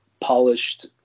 polished